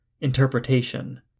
interpretation